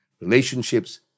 relationships